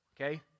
okay